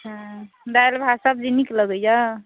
अच्छा दालि भात सब्जी नीक लगैए